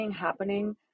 happening